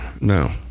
No